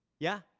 yeah?